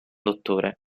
dottore